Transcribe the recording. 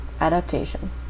adaptation